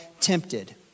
tempted